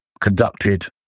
conducted